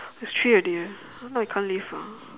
it's three already eh now I can't leave ah